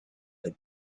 had